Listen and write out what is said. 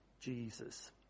Jesus